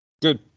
Good